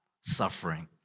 suffering